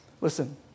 listen